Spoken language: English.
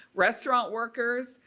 restaurant workers,